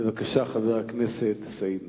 בבקשה, חבר הכנסת סעיד נפאע.